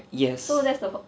yes